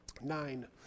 Nine